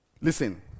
Listen